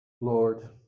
Lord